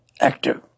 active